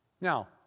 Now